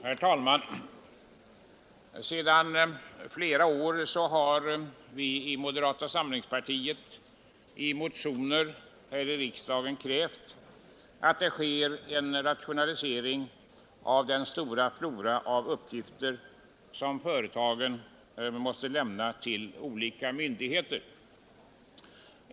Herr talman! Sedan flera år har vi i moderata samlingspartiet i motioner här i riksdagen krävt en rationalisering av den flora av uppgifter som företagen måste lämna till olika myndigheter.